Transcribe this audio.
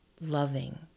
loving